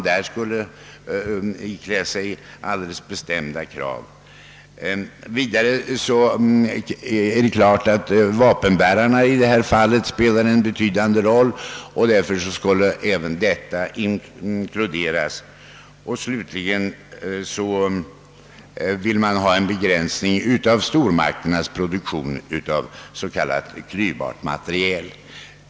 Då det är klart att vapenbärarna i detta fall spelar en betydande roll så skulle även de inkluderas i avtalet. Slutligen ville man ha en begränsning av stormakternas produktion av s.k. klyvbart material.